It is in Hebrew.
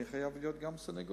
אני חייב להיות גם סניגור.